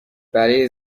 برای